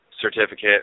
certificate